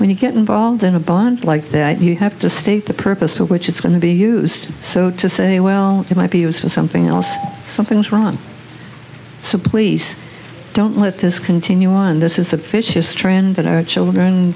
when you get involved in a bond like that you have to state the purpose for which it's going to be used so to say well it might be used for something else something's wrong simply don't let this continue on this is a vicious trend that our children